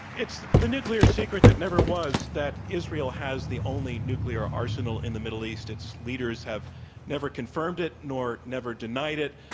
it's the nuclear secret that never was, that israel has the only nuclear arsenal in the middle east its leaders have never confirmed it nor never denied it,